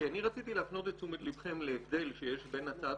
כי אני רציתי להפנות את תשומת לבכם להבדל שיש בין הצעת